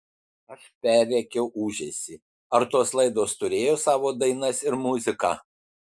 aš perrėkiau ūžesį ar tos laidos turėjo savo dainas ir muziką